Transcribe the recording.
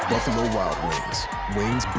wild wings. wings,